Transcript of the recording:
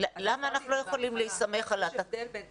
יש הבדל בין